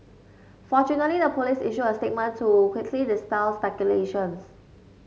fortunately the police issued a statement to quickly dispel speculations